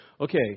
okay